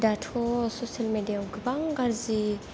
दाथ' ससेल मिडियायाव गोबां गाज्रि